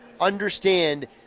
understand